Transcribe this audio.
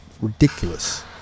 ridiculous